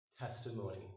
testimony